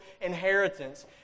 inheritance